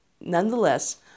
nonetheless